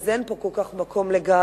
אז אין פה כל כך מקום לגאווה.